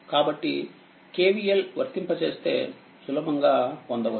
కాబట్టి KVL వర్తింపజేస్తేసులభంగా పొందవచ్చు